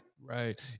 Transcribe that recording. Right